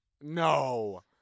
No